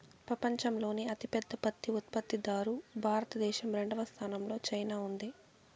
పపంచంలోనే అతి పెద్ద పత్తి ఉత్పత్తి దారు భారత దేశం, రెండవ స్థానం లో చైనా ఉంది